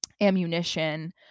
ammunition